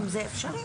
זה קורה המון.